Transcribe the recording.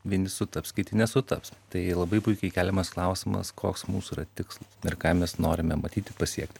vieni sutaps kiti nesutaps tai labai puikiai keliamas klausimas koks mūsų yra tikslas ir ką mes norime matyti pasiekti